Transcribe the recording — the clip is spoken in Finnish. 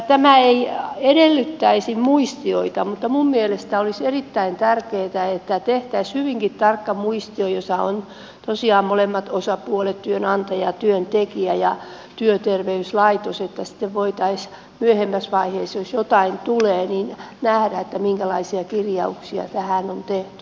tämä ei edellyttäisi muistioita mutta minun mielestä olisi erittäin tärkeätä että tehtäisiin hyvinkin tarkka muistio jossa on tosiaan kaikki osapuolet työantaja ja työntekijä ja työterveyslaitos niin että sitten voitaisiin myöhemmässä vaiheessa jos jotain tulee nähdä minkälaisia kirjauksia tähän on tehty